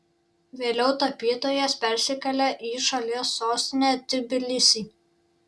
vėliau tapytojas persikėlė į šalies sostinę tbilisį